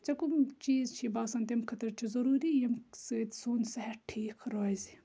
ژےٚ کُم چیٖز چھِ یہِ باسان تمہِ خٲطرٕ چھُ ضروٗری ییٚمہِ سۭتۍ سون صحت ٹھیٖک روزِ